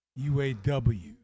UAW